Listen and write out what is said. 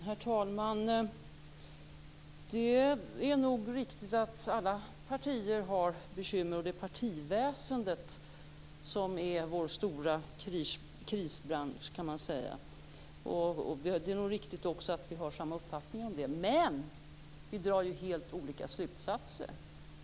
Herr talman! Det är nog riktigt att alla partier har bekymmer, och det är partiväsendet som är vår stora krisbransch, kan man säga. Det är också riktigt att vi har samma uppfattningar om det. Men vi drar ju helt olika slutsatser.